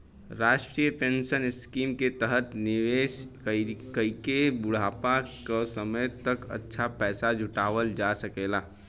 राष्ट्रीय pension scheme के तहत निवेश कइके बुढ़ापा क समय तक अच्छा पैसा जुटावल जा सकल जाला